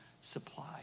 supply